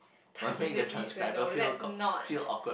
don't pick this need to no let's not